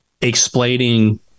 explaining